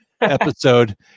episode